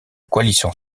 coalition